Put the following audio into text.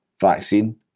vaccine